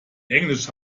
englisch